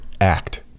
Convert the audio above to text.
act